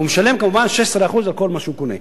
הוא משלם כמובן 16% על כל מה שהוא קונה.